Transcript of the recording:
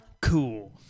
Cool